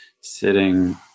sitting